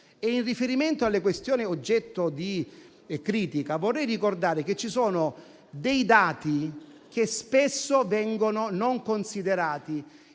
In riferimento alle questioni oggetto di critica, vorrei ricordare che ci sono dati che spesso non vengono considerati.